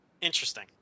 Interesting